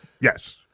Yes